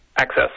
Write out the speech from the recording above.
access